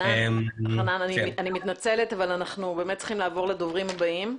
אני מתנצלת אבל אנחנו צריכים לעבור לדוברים הבאים.